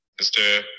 Mr